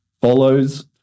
Follows